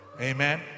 Amen